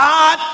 God